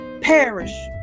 perish